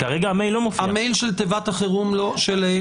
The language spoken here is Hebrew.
המייל של תיבת החירום.